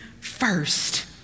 first